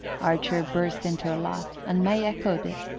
archer burst into a laugh, and may echoed it,